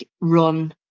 run